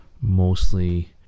Mostly